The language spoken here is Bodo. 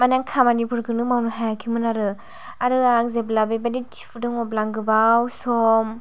माने खामानिफोरखौनो मावनो हायाखैमोन आरो आरो आं जेब्ला बेबादि थिफुदों अब्ला आं गोबाव सम